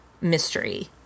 mystery